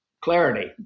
clarity